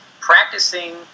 practicing